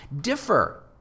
differ